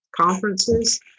conferences